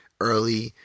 early